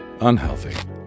unhealthy